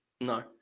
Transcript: No